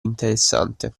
interessante